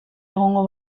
egongo